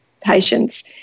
patients